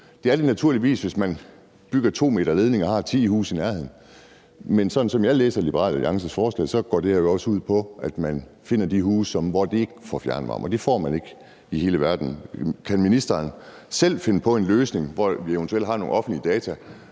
Det er det naturligvis, hvis man har 10 huse i nærheden og man bygger 2 m ledning, men sådan som jeg læser Liberal Alliances forslag, går det her jo også ud på, at man finder de huse, hvor de ikke får fjernvarme, og det er ikke i hele verden, man får det. Kan ministeren selv finde på en løsning, hvor vi eventuelt har nogle offentlige data,